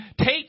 take